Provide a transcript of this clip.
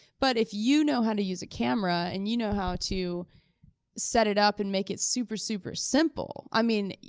but if you know how to use a camera and you know how to set it up and make it super, super simple, i mean,